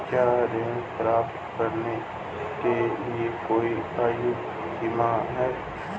क्या ऋण प्राप्त करने के लिए कोई आयु सीमा है?